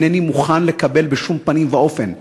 אינני מוכן לקבל בשום פנים ואופן,